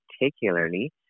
particularly